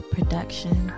Production